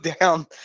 down